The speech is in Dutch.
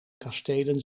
kastelen